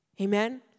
Amen